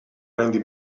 randy